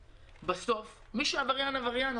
בסוף מי שהוא עבריין הוא עבריין,